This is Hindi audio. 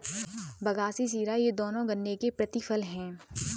बगासी शीरा ये दोनों गन्ने के प्रतिफल हैं